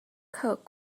coat